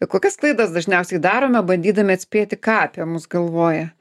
kokias klaidas dažniausiai darome bandydami atspėti ką apie mus galvoja